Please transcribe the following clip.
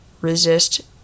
resist